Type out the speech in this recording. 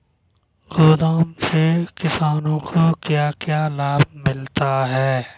गोदाम से किसानों को क्या क्या लाभ मिलता है?